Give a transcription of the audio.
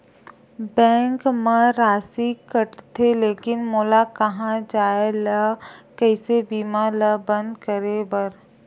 Bank मा राशि कटथे लेकिन मोला कहां जाय ला कइसे बीमा ला बंद करे बार?